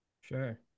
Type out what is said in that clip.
Sure